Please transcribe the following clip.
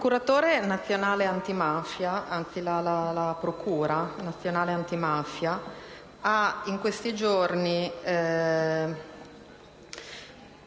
La Procura nazionale antimafia ha in questi giorni